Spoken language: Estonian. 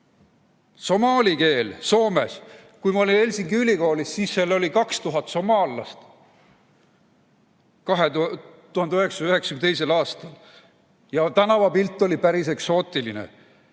Somaali keel Soomes: kui ma olin Helsingi ülikoolis, siis seal oli 2000 somaallast, 1992. aastal, ja tänavapilt oli päris eksootiline,